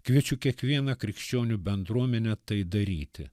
kviečiu kiekvieną krikščionių bendruomenę tai daryti